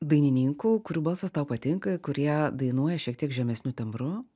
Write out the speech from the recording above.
dainininkų kurių balsas tau patinka kurie dainuoja šiek tiek žemesniu tembru